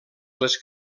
les